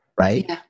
right